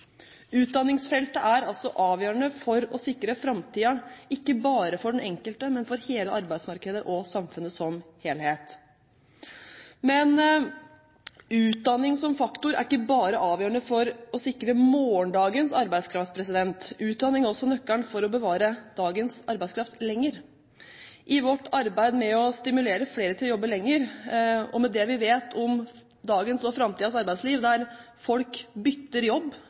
Utdanningsfeltet er altså avgjørende for å sikre framtiden ikke bare for den enkelte, men for hele arbeidsmarkedet og samfunnet som helhet. Men utdanning som faktor er ikke bare avgjørende for å sikre morgendagens arbeidskraft. Utdanning er også nøkkelen for å bevare dagens arbeidskraft lenger. I vårt arbeid med å stimulere flere til å jobbe lenger og med det vi vet om dagens og framtidens arbeidsliv, der folk bytter jobb